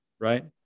right